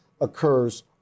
occurs